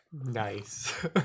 nice